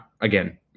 Again